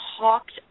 talked